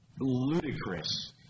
ludicrous